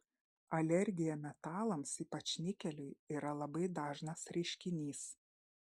alergija metalams ypač nikeliui yra labai dažnas reiškinys